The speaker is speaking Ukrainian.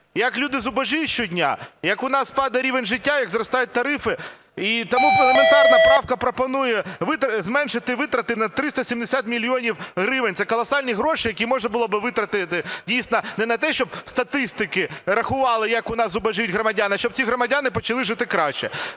Як люди зубожіють щодня? Як у нас падає рівень життя, як зростають тарифи? І тому елементарна правка пропонує зменшити витрати на 370 мільйонів гривень. Це колосальні гроші, які можна було витратити дійсно не на те, щоб статистики рахували, як у нас зубожіють громадяни, а щоб ці громадяни почали жити краще.